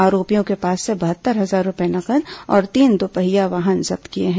आरोपियों के पास से बहत्तर हजार रूपये नगद और तीन दोपहिया वाहन जब्त किए गए हैं